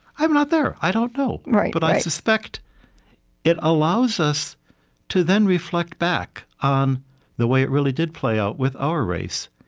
i'm not there. i don't know. but i suspect it allows us to then reflect back on the way it really did play out with our race,